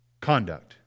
conduct